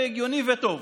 זה הגיוני וטוב.